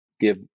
give